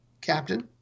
Captain